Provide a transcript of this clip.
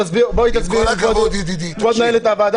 עם כל הכבוד ידידי --- כבוד מנהל הוועדה,